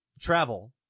travel